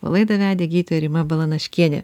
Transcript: laidą vedė gydytoja rima balanaškienė